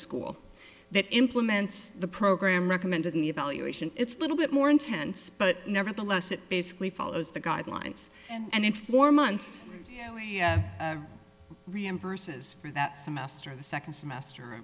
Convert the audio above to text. school that implements the program recommended an evaluation it's a little bit more intense but nevertheless it basically follows the god lines and in four months reimburses for that semester the second semester